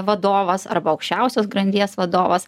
vadovas arba aukščiausios grandies vadovas